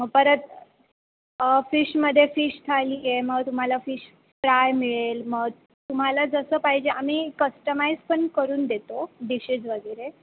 मग परत फिशमध्ये फिश थाली आहे मग तुम्हाला फिश फ्राय मिळेल मग तुम्हाला जसं पाहिजे आम्ही कस्टमाइज पण करून देतो डिशेस वगैरे